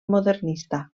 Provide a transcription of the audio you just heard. modernista